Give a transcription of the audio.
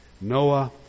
Noah